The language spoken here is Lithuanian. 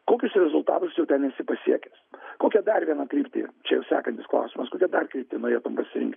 kokius rezultatusjau ten esi pasiekęs kokią dar vieną kryptį čia jau sekantis klausimas kokią dar kryptį norėtum pasirinkti